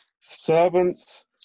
Servants